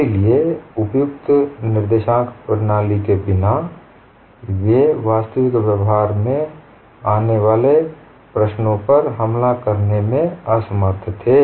इसलिए उपयुक्त निर्देशांक प्रणाली के बिना वे वास्तविक व्यवहार में आने वाली प्रश्नों पर हमला करने में असमर्थ थे